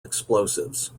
explosives